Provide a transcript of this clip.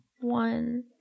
One